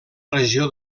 regió